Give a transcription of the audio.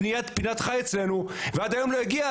שניתן לבניית פינת חי אצלנו ועד היום לא הגיע.